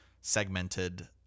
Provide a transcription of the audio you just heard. segmented